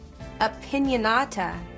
opinionata